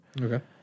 Okay